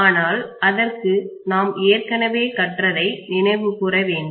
ஆனால் அதற்கு நாம் ஏற்கனவே கற்றதை நினைவு கூறவேண்டும்